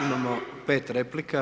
Imamo 5 replika.